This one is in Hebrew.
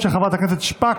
של חברת הכנסת שפק.